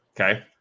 Okay